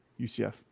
ucf